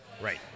Right